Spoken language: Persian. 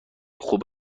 خوب